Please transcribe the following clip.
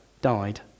died